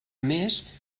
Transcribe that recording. més